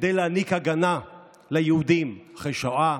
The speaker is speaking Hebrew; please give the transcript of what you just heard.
כדי להעניק הגנה ליהודים אחרי השואה,